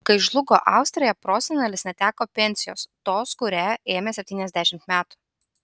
kai žlugo austrija prosenelis neteko pensijos tos kurią ėmė septyniasdešimt metų